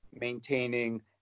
maintaining